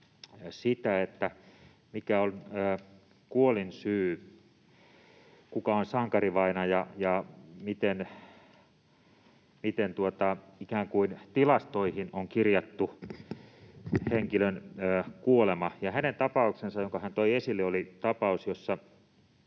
sitä, mikä on kuolinsyy, kuka on sankarivainaja ja miten tilastoihin on kirjattu henkilön kuolema. Se tapaus, jonka hän toi esille, oli tapaus, jossa